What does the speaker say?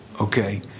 Okay